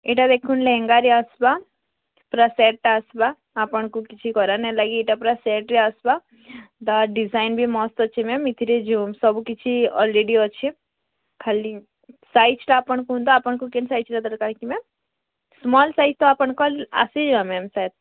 ଏଇଟା ଦେଖ୍ନ ଲେହେଙ୍ଗାରେ ଆସ୍ବା ପୂରା ସେଟ୍ଟା ଆସ୍ବା ଆପଣଙ୍କୁ କିଛି କରାନାଇଁଲାଗି ଏଇଟା ପୂରା ସେଟ୍ରେ ଆସ୍ବା ତା'ର୍ ଡ଼ିଜାଇନ୍ ବି ମସ୍ତ୍ ଅଛି ମ୍ୟାମ୍ ଏଥିରେ ଯେଉଁ ସବୁ କିଛି ଅଲ୍ରେଡ଼ି ଅଛି ଖାଲି ସାଇଜ୍ଟା ଆପଣ କୁହନ୍ତୁ ଆପଣଙ୍କୁ କେନ୍ ସାଇଜ୍ର ଦରକାର୍ କି ମ୍ୟାମ୍ ସ୍ମଲ୍ ସାଇଜ୍ ତ ଆପଣଙ୍କର୍ ଆସିଯିବା ମ୍ୟାମ୍ ସାୟଦ୍